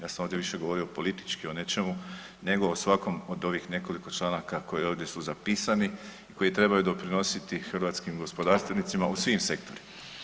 Ja sam više ovdje govorio politički o nečemu nego o svakom od ovih nekoliko članaka koji ovdje su zapisani i koji trebaju doprinositi hrvatskim gospodarstvenicima u svim sektorima.